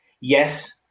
Yes